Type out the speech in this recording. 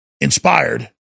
inspired